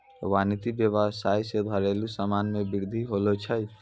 वानिकी व्याबसाय से घरेलु समान मे बृद्धि होलो छै